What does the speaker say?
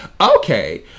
okay